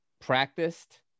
practiced